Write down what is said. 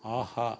ஆஹா